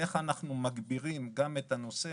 איך אנחנו מגבירים גם את הנושא